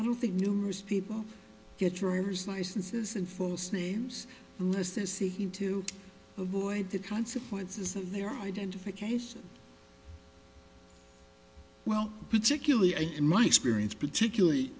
i don't think numerous people get driver's licenses and false names and this is seeking to avoid the consequences of their identification well particularly in my experience particularly